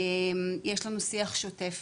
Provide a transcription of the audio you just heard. יש לנו שיח שוטף,